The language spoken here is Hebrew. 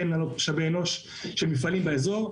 ומנהלות משאבי אנוש של מפעלים באזור,